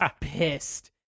pissed